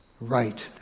right